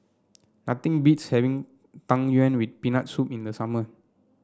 nothing beats having Tang Yuen with Peanut Soup in the summer